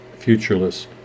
futureless